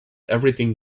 everything